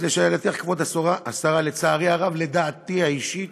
אז לשאלתך, כבוד השרה, לצערי הרב, לדעתי האישית,